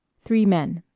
three men